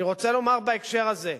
אני רוצה לומר, בהקשר הזה,